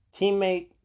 teammate